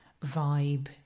vibe